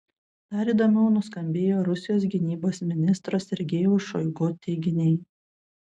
dar įdomiau nuskambėjo rusijos gynybos ministro sergejaus šoigu teiginiai